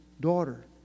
daughter